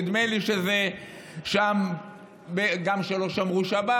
נדמה לי שזה שם גם שלא שמרו שבת,